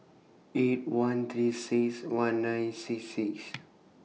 eight one three six one nine six six